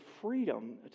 freedom